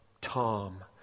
Tom